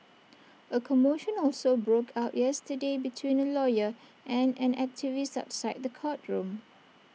A commotion also broke out yesterday between A lawyer and an activist outside the courtroom